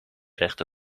rechte